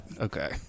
Okay